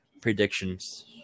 predictions